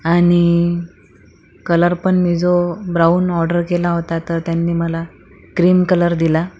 आणि कलर पण मी जो ब्राऊन ऑर्डर केला होता तर त्यांनी मला क्रीम कलर दिला